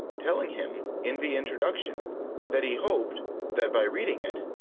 telling him in the introduction that he hoped that, by reading it,